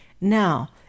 now